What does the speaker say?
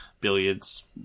billiards